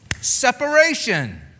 separation